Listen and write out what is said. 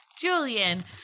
Julian